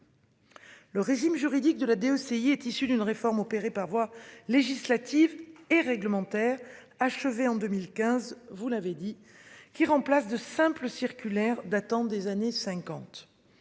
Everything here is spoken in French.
Le régime juridique de la DOCX, issues d'une réforme opérée par voie législative et réglementaire achevée en 2015. Vous l'avez dit, qui remplace de simple circulaire datant des années 50.